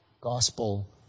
gospel